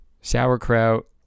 sauerkraut